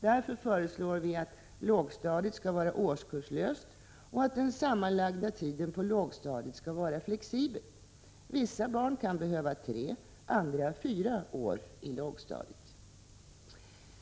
Därför föreslår vi att lågstadiet skall vara årskurslöst och att den sammanlagda tiden på lågstadiet skall vara flexibel. Vissa barn kan behöva tre, andra fyra år på lågstadiet.